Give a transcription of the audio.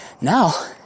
Now